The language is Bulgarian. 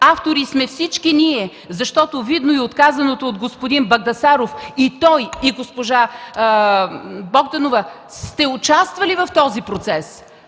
Автори сме всички ние, защото видно и от казаното от господин Багдасаров, и той, и госпожа Богданова сте участвали в този процес.